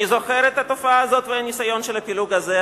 אני זוכר את התופעה הזאת והניסיון של הפילוג הזה.